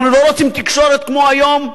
אנחנו לא רוצים תקשורת כמו שיש היום,